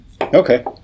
Okay